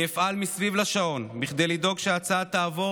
אני אפעל סביב השעון כדי לדאוג שההצעה תעבור